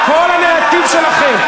כל הנרטיב שלכם.